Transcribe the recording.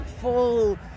full